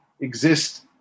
exist